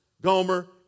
Gomer